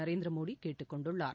நரேந்திரமோடி கேட்டுக் கொண்டுள்ளார்